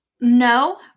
No